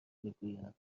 میگویند